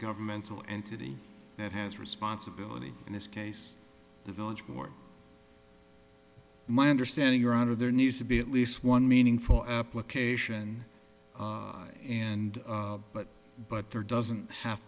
governmental entity that has responsibility in this case the village board my understanding your honor there needs to be at least one meaningful application and but but there doesn't have